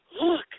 Look